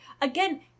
again